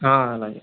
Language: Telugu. అలాగే